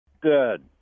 good